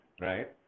right